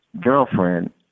girlfriend